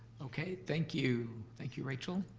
okay, thank you. thank you, rachel.